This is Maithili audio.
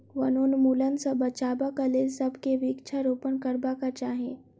वनोन्मूलनक सॅ बचाबक लेल सभ के वृक्षारोपण करबाक चाही